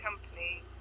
company